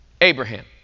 Abraham